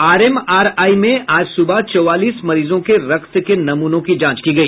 RMRI में आज सूबह चौवालीस मरीजों के रक्त के नमूनों की जांच की गई